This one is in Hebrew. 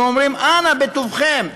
ואומרים: אנא בטובכם,